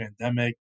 pandemic